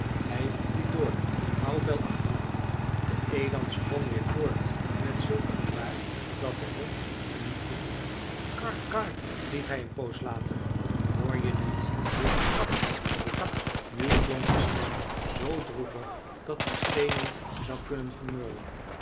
hij liep door grauwvel achterna de eland sprong weer voort met zulk een vaart dat de hond hem niet kon inhalen karr karr riep hij een poos later hoor je niet hoe het knapt in de takken nu klonk de stem z droevig dat die steenen zou kunnen vermurwen